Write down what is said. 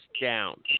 down